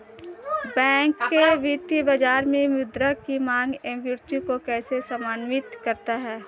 Bank वित्तीय बाजार में मुद्रा की माँग एवं पूर्ति को कैसे समन्वित करता है?